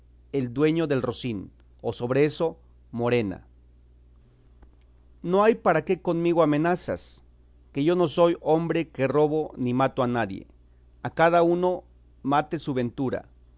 el dueño del rocín o sobre eso morena no hay para qué conmigo amenazas que yo no soy hombre que robo ni mato a nadie a cada uno mate su ventura